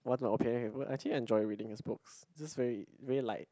what's my opinion on him I actually enjoy reading his books it's just very very light